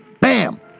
BAM